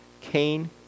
Cain